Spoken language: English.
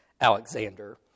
Alexander